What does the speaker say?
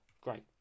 great